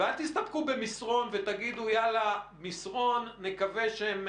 ואל תסתפקו במסרון ותגידו נקווה שהם